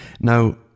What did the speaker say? Now